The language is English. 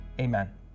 Amen